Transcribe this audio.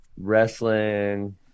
wrestling